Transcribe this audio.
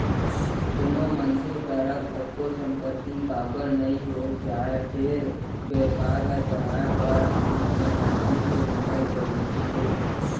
कोनो मनसे करा कतको संपत्ति काबर नइ हो जाय फेर बेवसाय ल चलाय बर हात म नगदी के होना जरुरी हे